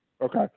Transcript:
Okay